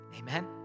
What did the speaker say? Amen